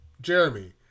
Jeremy